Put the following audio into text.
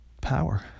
power